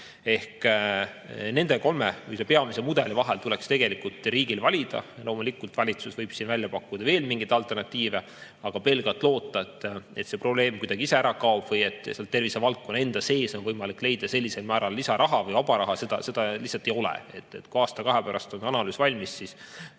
Ehk nende kolme peamise mudeli vahel tuleks riigil valida. Loomulikult, valitsus võib siin välja pakkuda veel mingeid alternatiive, aga pelgalt loota, et see probleem kuidagi ise ära kaob või et tervisevaldkonna enda sees on võimalik leida sellisel määral lisaraha või vaba raha, [ei tasu], nii lihtsalt ei ole. Huviga ootan, et kui aasta-kahe pärast on analüüs valmis, siis